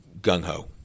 gung-ho